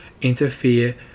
interfere